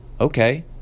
Okay